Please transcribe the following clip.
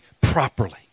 properly